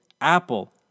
Apple